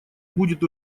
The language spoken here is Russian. будет